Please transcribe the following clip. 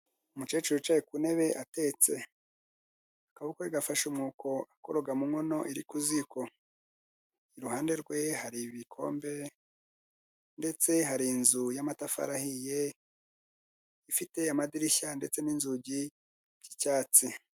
Umukecuru wicaye ku ntebe atetse, akaboko ke gafashe umwuko akoroga mu nkono iri ku ziko, iruhande rwe hari ibikombe ndetse hari inzu y'amatafari ahiye ifite amadirishya ndetse n'inzugi by'icyatsi.